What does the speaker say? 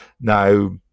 Now